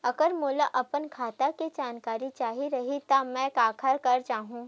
अगर मोला अपन खाता के जानकारी चाही रहि त मैं काखर करा जाहु?